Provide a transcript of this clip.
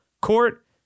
court